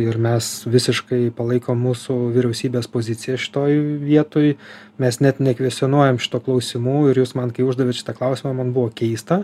ir mes visiškai palaikom mūsų vyriausybės poziciją šitoj vietoj mes net nekvestionuojam šitų klausimų ir jūs man uždavėte šitą klausimą man buvo keista